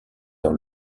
dans